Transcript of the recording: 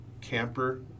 camper